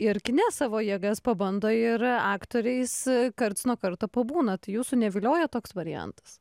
ir kine savo jėgas pabando ir aktoriais karts nuo karto pabūnat jūsų nevilioja toks variantas